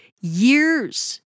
years